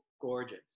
Gorgeous